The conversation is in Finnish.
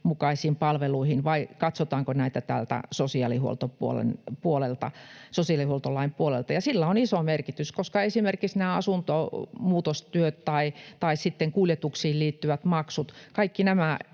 mukaisiin palveluihin vai katsotaanko näitä sosiaalihuoltolain puolelta. Sillä on iso merkitys, koska esimerkiksi kaikkien asuntomuutostöiden tai kuljetuksiin liittyvien maksujen